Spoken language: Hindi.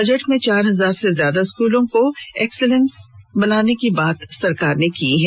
बजट में चार हजार से ज्यादा स्कूलों को एक्सीलेंस बनाने की बात सरकार ने कही है